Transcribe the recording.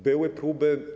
Były próby.